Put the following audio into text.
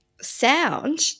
sound